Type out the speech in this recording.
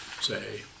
say